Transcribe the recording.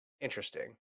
interesting